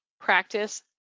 practice